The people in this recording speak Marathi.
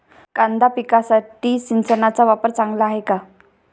कांदा पिकासाठी सिंचनाचा वापर चांगला आहे का?